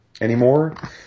anymore